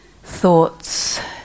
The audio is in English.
Thoughts